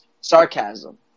sarcasm